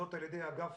זאת על ידי אגף